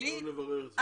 באנגלית וכולי?